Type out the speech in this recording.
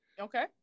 Okay